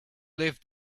live